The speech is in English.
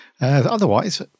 Otherwise